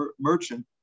merchant